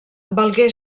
valgué